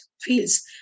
feels